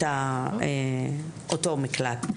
את אותו מקלט.